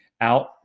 out